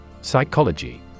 Psychology